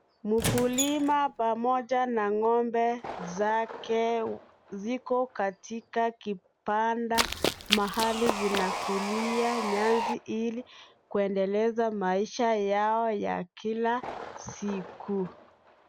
Mukulima, pamoja na ngombe, zake, ziko katika kipanda, mahali zinakulia nyasi ili, kuendeleza maisha yao ya kila, siku.